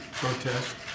protest